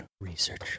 research